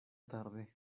tarde